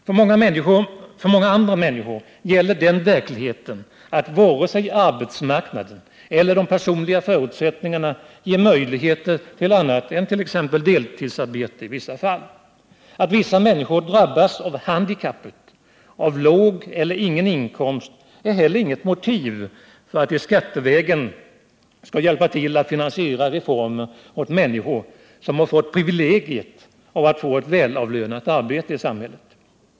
För många andra människor gäller den verkligheten att varken arbetsmarknaden eller de personliga förutsättningarna ger möjligheter till annat än t.ex. deltidsarbete i vissa fall. Att vissa människor drabbas av handikappet låg eller ingen inkomst är heller inget motiv för att de skattevägen skall hjälpa till att finansiera reformer åt människor som fått privilegiet att få ett välavlönat arbete i samhället.